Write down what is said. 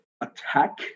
attack